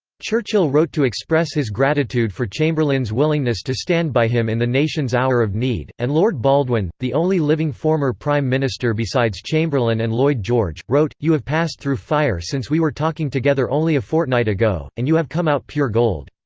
churchill wrote to express his gratitude for chamberlain's willingness to stand by him in the nation's hour of need, and lord baldwin, the only living former prime minister besides chamberlain and lloyd george, wrote, you have passed through fire since we were talking together only a fortnight ago, and you have come out pure gold.